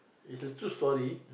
it's a true story